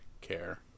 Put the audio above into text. care